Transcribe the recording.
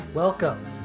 Welcome